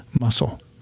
muscle